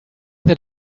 that